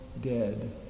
dead